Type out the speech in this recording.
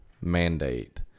mandate